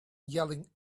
yelling